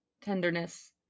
tenderness